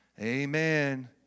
Amen